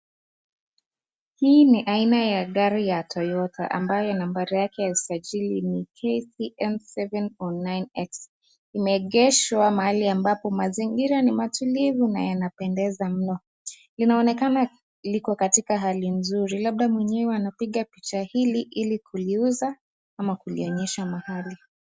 Hii ni aina ya gari ya Toyota ambayo nambari yake ya usajili ni KCM 709X. Imegeshwa mahali ambapo mazingira ni matulivu na yanapendeza mno. Linaonekana liko katika hali nzuri. Labda mwenyewe anapiga picha hili ili kuliuza ama kulionyesha mahali.